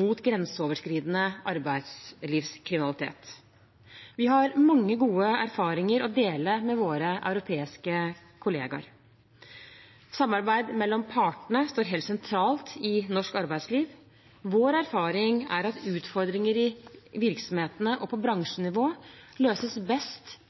mot grenseoverskridende arbeidslivskriminalitet. Vi har mange gode erfaringer å dele med våre europeiske kollegaer. Samarbeidet mellom partene står helt sentralt i norsk arbeidsliv. Vår erfaring er at utfordringer i virksomhetene og på bransjenivå løses best